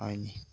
হয়নি